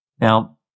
Now